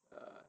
ah